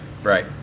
Right